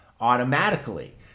automatically